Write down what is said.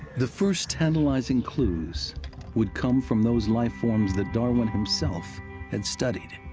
the first tantalizing clues would come from those life forms that darwin himself had studied,